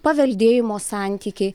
paveldėjimo santykiai